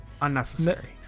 unnecessary